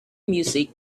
music